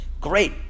Great